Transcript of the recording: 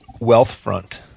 Wealthfront